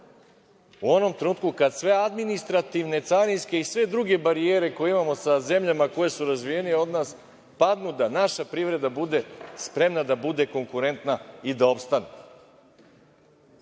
u onom trenutku kad sve administrativne, carinske i sve druge barijere koje imamo sa zemljama koje su razvijenije od nas padnu, da naša privreda bude spremna da bude konkurentna i da opstane.